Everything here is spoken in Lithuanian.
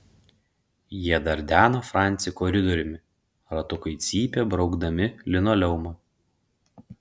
jie dardeno francį koridoriumi ratukai cypė braukdami linoleumą